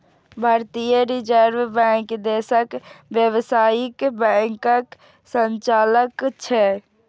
भारतीय reserve bank देशक व्यावसायिक बैंकक संचालक छियै